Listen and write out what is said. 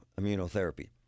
immunotherapy